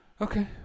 Okay